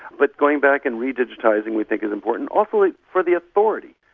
but going back and re-digitising we think is important. also like for the authority.